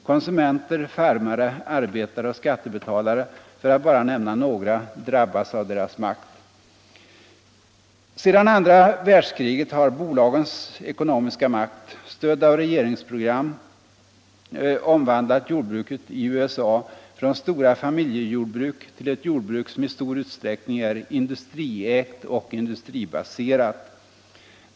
”Konsumenter, farmare, arbetare och skattebetalare, för att bara nämna några, drabbas av deras makt.” Sedan andra världskriget har bolagens ekonomiska makt, stödd av regeringsprogram, omvandlat jordbruket i USA från stora familjejordbruk till ett jordbruk som i stor utsträckning är industriägt och industribaserat.